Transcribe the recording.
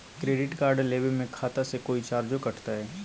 Credit card लेवे में खाता से कोई चार्जो कटतई?